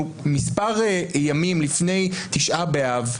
אנחנו מספר ימים לפני תשעה באב,